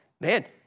man